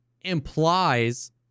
implies